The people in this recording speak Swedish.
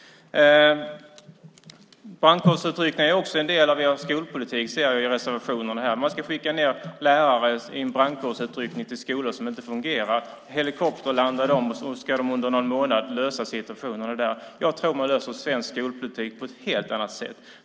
Brandkårsutryckningar är också en del av er skolpolitik, det ser jag i er reservation här. Man ska skicka lärare i en brandkårsutryckning till skolor som inte fungerar. De helikopterlandar där och ska inom någon månad lösa problemen. Jag tror att man löser problemen i svensk skolpolitik på ett helt annat sätt.